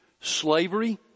Slavery